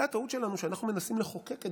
אולי הטעות שלנו היא שאנחנו מנסים לחוקק את